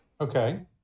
Okay